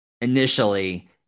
initially